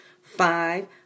Five